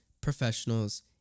professionals